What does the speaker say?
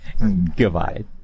Goodbye